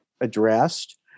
addressed